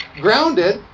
grounded